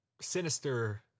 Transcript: Sinister